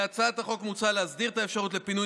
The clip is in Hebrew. בהצעת החוק מוצע להסדיר את האפשרות לפינוי